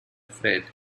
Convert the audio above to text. afraid